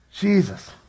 Jesus